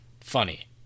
funny